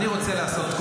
אני רוצה לעשות,